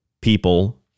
people